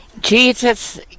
Jesus